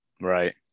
right